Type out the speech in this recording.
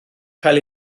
cael